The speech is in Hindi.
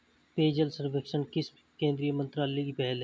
पेयजल सर्वेक्षण किस केंद्रीय मंत्रालय की पहल है?